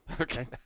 Okay